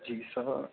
जी sir